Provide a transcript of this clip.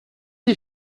tee